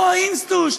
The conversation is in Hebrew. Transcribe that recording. אוה אינסטוש,